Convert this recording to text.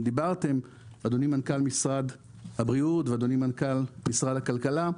אדוני מנכ"ל משרד הבריאות ואדוני מנכ"ל משרד הכלכלה,